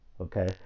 okay